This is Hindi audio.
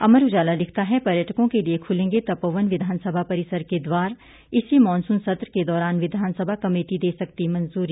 अमर उजाला लिखता है पर्यटकों के लिए खुलेंगे तपोवन विधानसभा परिसर के द्वार इसी मानसून सत्र के दौरान विधानसभा कमेटी दे सकती मंजूरी